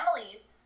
families